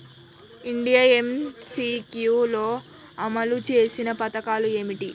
India MCQ లో అమలు చేసిన పథకాలు ఏమిటి?